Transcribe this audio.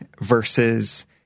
versus